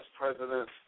President